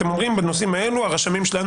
אתם אומרים שבנושאים האלו הרשמים שלכם